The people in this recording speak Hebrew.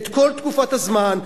את כל תקופת הזמן,